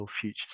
future